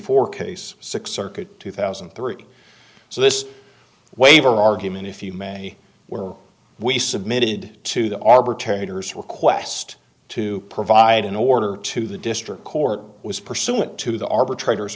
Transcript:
four case six circuit two thousand and three so this waiver argument if you may were we submitted to the arbor turner's request to provide an order to the district court was pursuant to the arbitrator